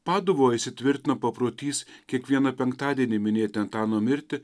paduvoj įsitvirtina paprotys kiekvieną penktadienį minėti antano mirtį